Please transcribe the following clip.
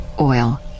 oil